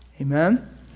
Amen